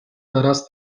teraz